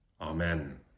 Amen